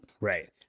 Right